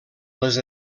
les